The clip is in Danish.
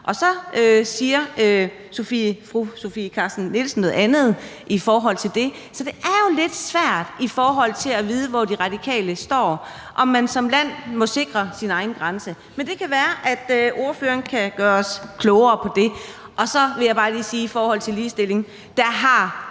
men så siger fru Sofie Carsten Nielsen noget andet i forhold til det. Så det er jo lidt svært at vide, hvor De Radikale står, og om man som land må sikre sin egen grænse. Men det kan være, at ordføreren kan gøre os klogere på det. Så vil jeg bare lige i forhold til ligestilling sige, at